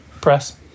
press